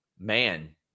man